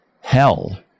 hell